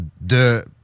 de